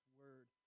word